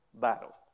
battle